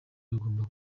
bagomba